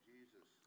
Jesus